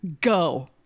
go